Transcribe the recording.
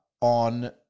on